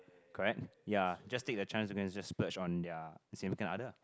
correct ya just take the change to go and just spurge on their significant other